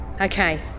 Okay